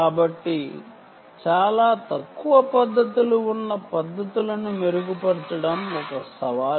కాబట్టి చాలా తక్కువ ఉన్న పద్ధతులను మెరుగుపరచడం ఒక సవాలు